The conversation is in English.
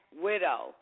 Widow